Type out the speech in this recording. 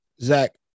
Zach